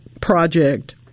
project